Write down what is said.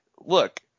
look